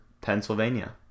Pennsylvania